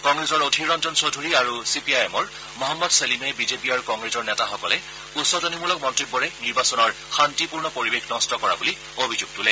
কংগ্ৰেছৰ অধীৰ ৰঞ্জন চৌধুৰী আৰু চিপিআইএমৰ মহম্মদ চেলিমে বিজেপি আৰু কংগ্ৰেছৰ নেতাসকলে উচটনিমূলক মন্তব্যৰে নিৰ্বাচনৰ শান্তিপূৰ্ণ পৰিৱেশ নষ্ট কৰা বুলি অভিযোগ তোলে